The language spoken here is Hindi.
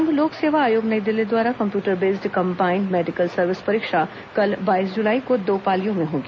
संघ लोक सेवा आयोग नई दिल्ली द्वारा computer based combined medical service परीक्षा कल बाईस जुलाई को दो पालियों में होगी